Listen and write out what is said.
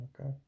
Okay